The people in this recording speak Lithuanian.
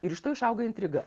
ir iš to išauga intriga